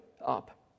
up